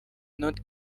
don’t